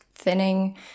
thinning